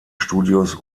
studios